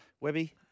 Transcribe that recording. Webby